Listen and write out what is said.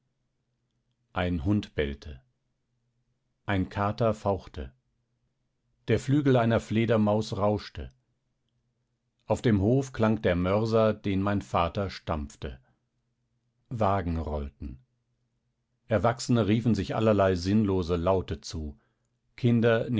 ein hund bellte ein kater fauchte der flügel einer fledermaus rauschte auf dem hof klang der mörser den mein vater stampfte wagen rollten erwachsene riefen sich allerlei sinnlose laute zu kinder